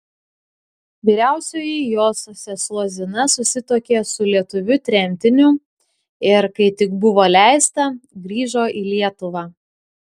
vyriausioji jos sesuo zina susituokė su lietuviu tremtiniu ir kai tik buvo leista grįžo į lietuvą